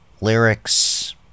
lyrics